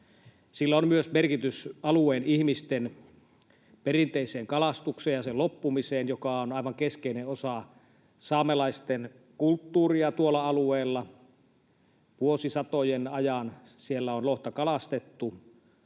Sillä on myös merkitys alueen ihmisten perinteiseen kalastukseen ja sen loppumiseen, sillä se on aivan keskeinen osa saamelaisten kulttuuria tuolla alueella. Vuosisatojen ajan siellä on lohta kalastettu